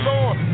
Lord